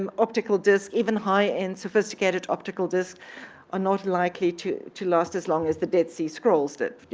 um optical disc, even high-end sophisticated optical discs are not likely to to last as long as the dead sea scrolls did,